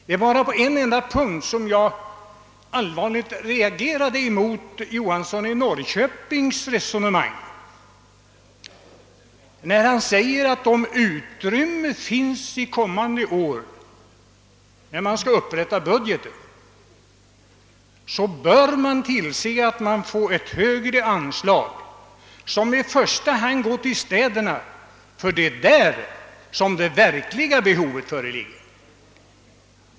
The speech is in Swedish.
Det var bara på en enda punkt som jag allvarligt reagerade mot herr Johanssons i Norrköping resonemang, nämligen när han sade att man, om ut rymnme finns när man under kommande år skall upprätta budgeten, bör tillse att ett högre anslag i första hand går till städerna, där det verkliga behovet föreligger.